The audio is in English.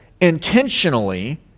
intentionally